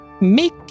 Make